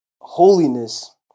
Holiness